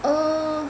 err